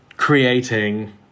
creating